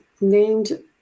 named